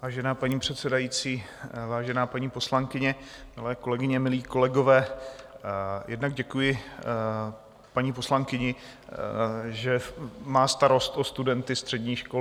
Vážená paní předsedající, vážená paní poslankyně, milé kolegyně, milí kolegové, jednak děkuji paní poslankyni, že má starost o studenty středních škol.